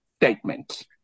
statements